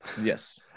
Yes